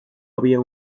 había